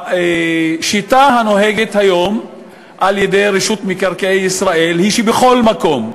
השיטה הנוהגת היום על-ידי רשות מקרקעי ישראל היא שבכל מקום,